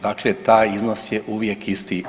Dakle taj iznos je uvijek isti.